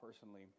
personally